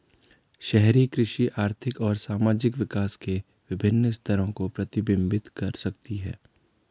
शहरी कृषि आर्थिक और सामाजिक विकास के विभिन्न स्तरों को प्रतिबिंबित कर सकती है